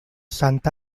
santa